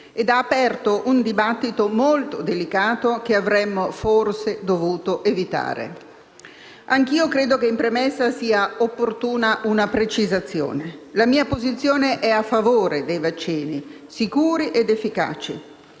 ed ha aperto un dibattito molto delicato che avremmo forse dovuto evitare. Anche io credo che in premessa sia opportuna una precisazione: la mia posizione è a favore dei vaccini sicuri ed efficaci.